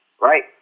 right